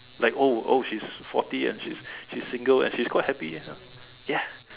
like oh oh she's forty and she's she's single and she's quite happy eh ya